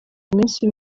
iminsi